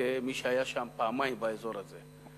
כמי שהיה פעמיים באזור הזה,